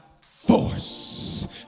force